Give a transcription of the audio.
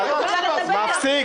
אז זה בהסכמה.